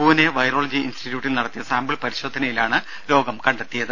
Pune virology ഇൻസ്റ്റിറ്റ്യൂട്ടിൽ നടത്തിയ sample പരിശോധനയിലാണ് രോഗം കണ്ടെത്തിയത്